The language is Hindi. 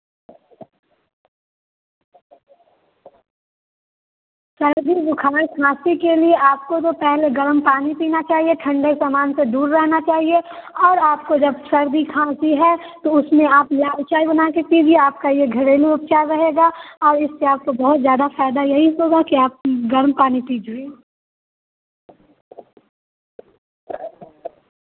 सर्दी बुखार खाँसी के लिए आपको तो पहले गर्म पानी पीना चाहिए ठंडे समान से दूर रहना चाहिए और आपको जब सर्दी खाँसी है तो उसमें आप लाल चाय बना कर पीजिए आपका यह घरेलू उपचार रहेगा और इससे आपको बहुत ज़्यादा फ़ायदा यही होगा कि आप गर्म पानी पीजिए